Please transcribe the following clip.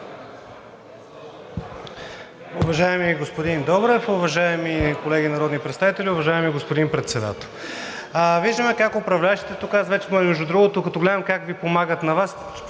Уважаеми господин Добрев, уважаеми колеги народни представители, уважаеми господин Председател! Виждаме как управляващите тук – аз вече между другото, като гледам как Ви помагат на Вас,